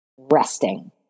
Resting